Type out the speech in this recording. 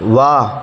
ವಾ